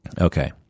Okay